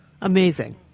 amazing